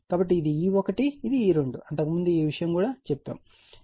కాబట్టి ఇది E1 ఇది E2 అంతకుముందు ఈ విషయం ఇవ్వబడింది